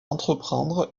entreprendre